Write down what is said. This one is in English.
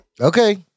Okay